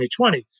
2020